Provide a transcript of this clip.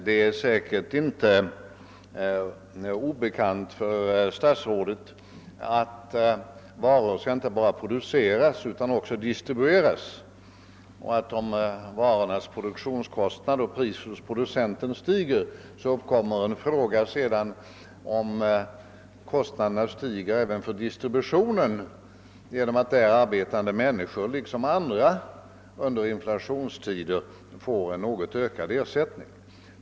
Det är säkerligen inte obekant för statsrådet att varor skall inte bara produceras utan också distribueras och att om varornas produktionskostnader priset hos producenten — stiger, så uppkommer frågan om kostnaden stiger även för distributionen genom att där arbetande människor liksom andra under inflationstider får en något ökad ersättning.